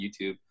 YouTube